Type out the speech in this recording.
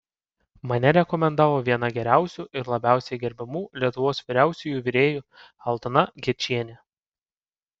mane rekomendavo viena geriausių ir labiausiai gerbiamų lietuvos vyriausiųjų virėjų aldona gečienė